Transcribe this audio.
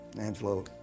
Angelo